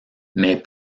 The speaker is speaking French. mais